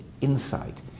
insight